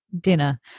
dinner